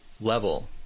level